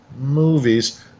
movies